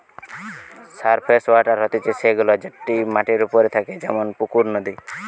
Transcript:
surface water হতিছে সে গুলা যেটি মাটির ওপরে থাকে যেমন পুকুর, নদী